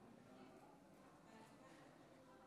הצעת חוק העונשין (תיקון,